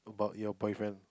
your your boyfriend